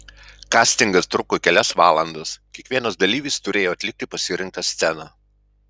kastingas truko kelias valandas kiekvienas dalyvis turėjo atlikti pasirinktą sceną